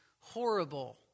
horrible